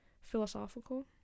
philosophical